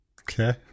Okay